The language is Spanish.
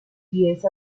diez